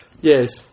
Yes